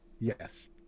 Yes